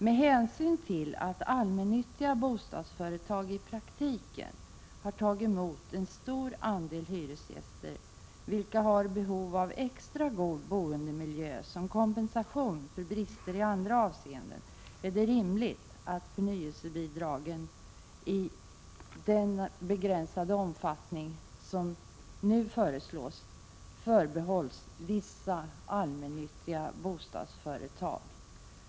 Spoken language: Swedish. Med hänsyn till att allmännyttans bostadsföretag i praktiken har tagit emot en stor del hyresgäster, vilka har behov av extra god boendemiljö som kompensation för brister i andra avseenden, är det rimligt att förnyelsebidragen i den begränsade omfattning som nu föreslås förbehålls vissa allmännyttiga bostadsföretag.